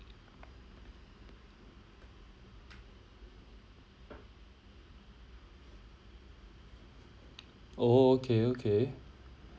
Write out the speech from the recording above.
oh okay okay